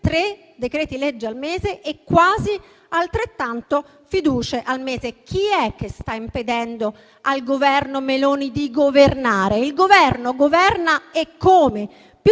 tre decreti-legge al mese e quasi altrettante fiducie al mese. Chi è che sta impedendo al Governo Meloni di governare? Il Governo governa, eccome,